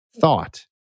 thought